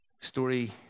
Story